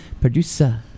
producer